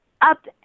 up